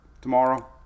tomorrow